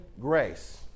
grace